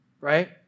right